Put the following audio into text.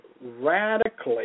radically